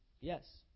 Yes